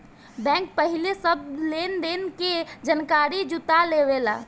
bank पहिले सब लेन देन के जानकारी जुटा लेवेला